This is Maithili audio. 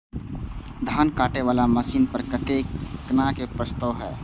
धान काटे वाला मशीन पर केतना के प्रस्ताव हय?